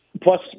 plus